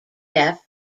deaf